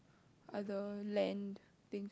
other land things